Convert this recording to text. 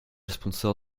sponsor